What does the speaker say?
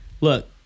look